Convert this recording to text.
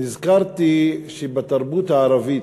נזכרתי שבתרבות הערבית,